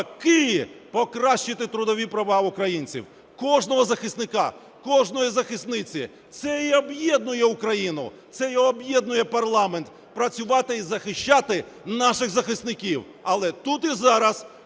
покращити трудові права українців – кожного захисника, кожної захисниці. Це і об'єднує Україну, це і об'єднує парламент – працювати і захищати наших захисників. Але тут і зараз